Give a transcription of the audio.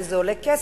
כי זה עולה כסף,